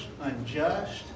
unjust